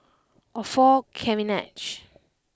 Orfeur Cavenagh